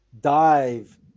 dive